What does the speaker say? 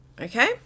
okay